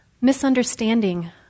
misunderstanding